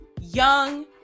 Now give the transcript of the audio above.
young